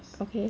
okay